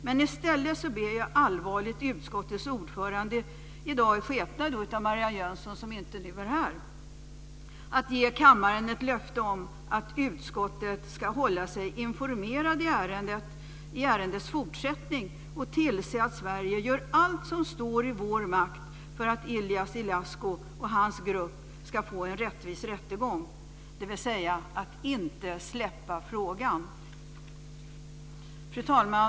I stället ber jag allvarligt utskottets ordförande, i dag i skepnad av Marianne Jönsson som nu inte är här, att ge kammaren ett löfte om att utskottet ska hålla sig informerat om ärendets fortsättning och tillse att Sverige gör allt som står i dess makt för att Ilie Ilascu och hans grupp ska få en rättvis rättegång, alltså att man inte ska släppa frågan. Fru talman!